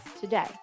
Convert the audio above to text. today